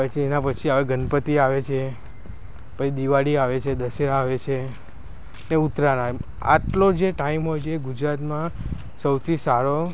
પછી એના પછી હવે છે ગણપતિ આવે છે પછી દિવાળી આવે છે દશેરા આવે છે તે ઉત્તરાયણ આટલો જે ટાઈમ હોય છે ગુજરાતમાં સૌથી સારો